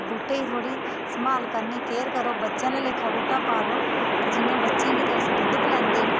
बूह्टे दी थोह्ड़ी सम्हाल करनी केयर करो बच्चे आह्ले लेखा बूह्टा पालो कि जियां बच्चें गी तुस दुद्ध पलैंदे न